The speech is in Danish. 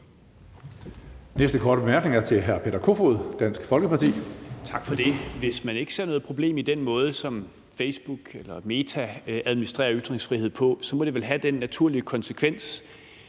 Næste korte bemærkning er til hr. Peter Kofod, Dansk Folkeparti. Kl. 16:21 Peter Kofod (DF): Tak for det. Hvis man ikke ser noget problem i den måde, som Facebook eller Meta administrerer ytringsfrihed på, må det vel have den naturlige konsekvens,